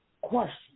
question